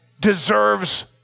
deserves